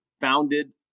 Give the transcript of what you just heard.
founded